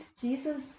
jesus